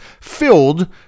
filled